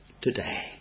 today